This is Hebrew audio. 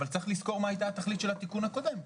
אבל צריך לזכור מה הייתה התכלית של התיקון הקודם.